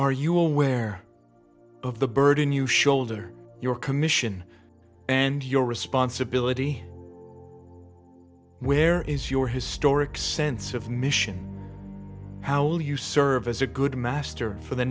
are you aware of the burden you shoulder your commission and your responsibility where is your historic sense of mission how will you serve as a good master for the